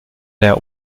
der